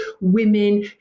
women